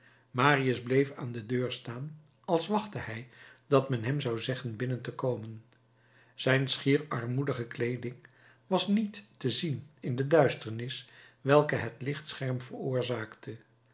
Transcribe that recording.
marius bleef aan de deur staan als wachtte hij dat men hem zou zeggen binnen te komen zijn schier armoedige kleeding was niet te zien in de duisternis welke het lichtscherm veroorzaakte